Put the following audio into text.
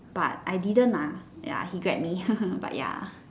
but I didn't lah ya he grab me but ya